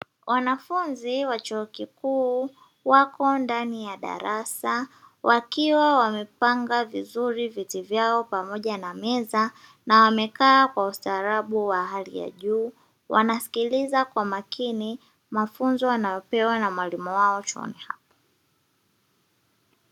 Wanafunzi wa chuo kikuu wako ndani ya darasa wakiwa wamepanga vizuri viti vyao pamoja na meza, na wamekaa kwa ustaarabu wa hali ya juu, wanasikiliza kwa makini mafunzo wanayopewa na mwalimu wao chuoni hapo.